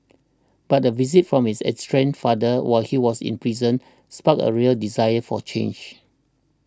but a visit from his estranged father while he was in prison sparked a real desire for change